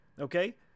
okay